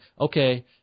okay